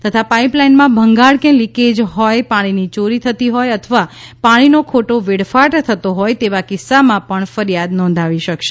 તથા પાઇપલાઇનમાં ભંગાણ કે લીકેજ હોય પાણીની ચોરી થતી હોય અથવા પાણીનો ખોટો વેડફાટ થતો હોય તેવા કિસ્સામાં પણ ફરિયાદ નોંધાવી શકાશે